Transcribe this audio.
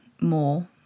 more